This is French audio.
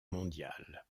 mondiale